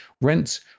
rents